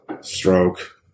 stroke